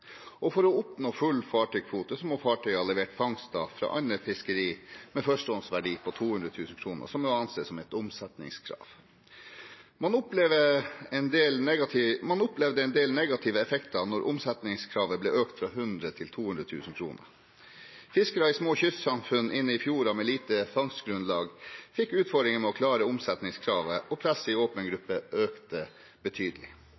For å oppnå full fartøykvote må fartøyet ha levert fangster fra annet fiskeri med førstehåndsverdi på 200 000 kr, som må anses som et omsetningskrav. Man opplevde en del negative effekter da omsetningskravet ble økt fra 100 000 kr til 200 000 kr. Fiskere i små kystsamfunn inne i fjorder med lite fangstgrunnlag fikk utfordringer med å klare omsetningskravet, og presset i åpen gruppe økte betydelig.